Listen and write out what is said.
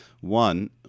One